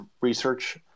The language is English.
research